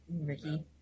Ricky